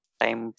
time